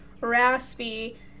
raspy